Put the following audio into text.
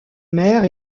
mère